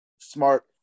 smart